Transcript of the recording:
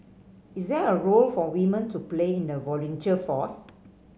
is there a role for women to play in the volunteer force